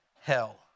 hell